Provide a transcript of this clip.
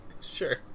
Sure